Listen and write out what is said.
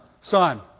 Son